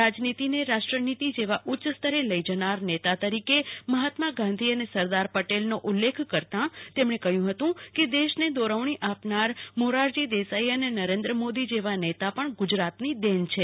રાજનીતિ ને રાષ્ટ્રનીતિ જેવા ઉચ્ચ સ્તરે લઈ જનાર નેતા તરીકે મહાત્મા ગાંધી અને સરદાર પટેલ નો ઉલ્લેખ કરતાં તેમણે કહ્યું હતું કે દેશ ને દોરવણી આપનાર મોરારજી દેસાઇ અને નરેન્દ્ર મોદી જેવા નેતા પણ ગુજરાત ની દેન છે